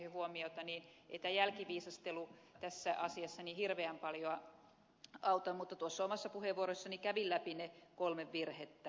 ei tämä jälkiviisastelu tässä asiassa niin hirveän paljoa auta mutta tuossa omassa puheenvuorossani kävin läpi ne kolme virhettä